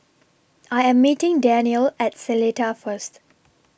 I Am meeting Daniele At Seletar First